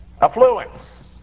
affluence